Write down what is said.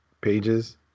pages